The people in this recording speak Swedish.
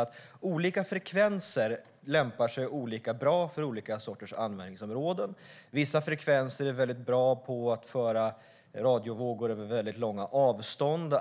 att olika frekvenser lämpar sig olika bra för olika användningsområden. Vissa frekvenser är bra på att föra radiovågor över långa avstånd.